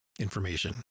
information